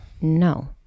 No